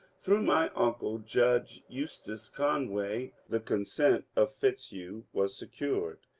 through my uncle judge eustace conway, the consent of fitzhugh was secured,